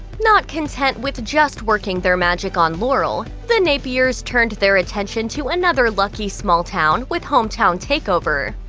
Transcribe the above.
not content with just working their magic on laurel, the napiers turned their attention to another lucky small town with home town takeover.